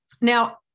Now